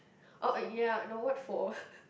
uh ya no what for